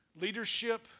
leadership